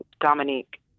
Dominique